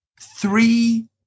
three